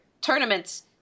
tournaments